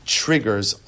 triggers